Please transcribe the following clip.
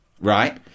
Right